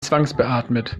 zwangsbeatmet